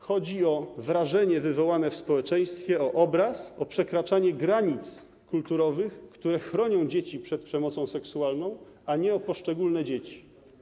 Chodzi o wrażenie wywołane w społeczeństwie, o obraz, o przekraczanie granic kulturowych, które chronią dzieci przed przemocą seksualną, a nie o poszczególne dzieci.